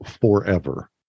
forever